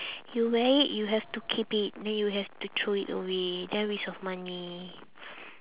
you wear it you have to keep it then you have to throw it away then waste of money